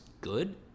good